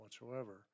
whatsoever